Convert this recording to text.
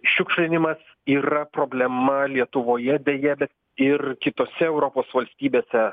šiukšlinimas yra problema lietuvoje deja bet ir kitose europos valstybėse